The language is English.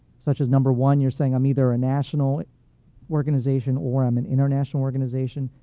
such as number one. you're saying, i'm either a national organization or i'm an international organization.